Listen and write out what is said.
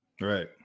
Right